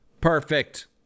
Perfect